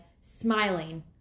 smiling